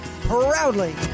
proudly